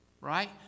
right